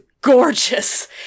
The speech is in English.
gorgeous